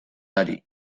ari